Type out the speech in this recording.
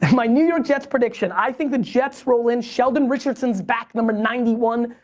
my new york jets prediction. i think the jet's roll in, sheldon richardson's back number ninety one,